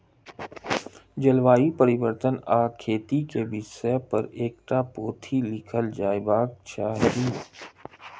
जलवायु परिवर्तन आ खेती के विषय पर एकटा पोथी लिखल जयबाक चाही